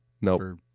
No